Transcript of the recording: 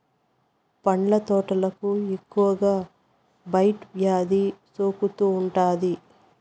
పండ్ల తోటలకు ఎక్కువగా బ్లైట్ వ్యాధి సోకుతూ ఉంటాది